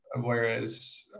whereas